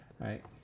right